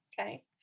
okay